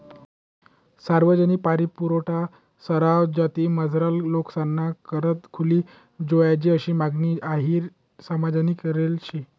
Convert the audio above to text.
सार्वजनिक पाणीपुरवठा सरवा जातीमझारला लोकेसना करता खुली जोयजे आशी मागणी अहिर समाजनी करेल शे